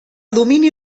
domini